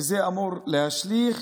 וזה אמור להשליך